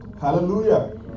Hallelujah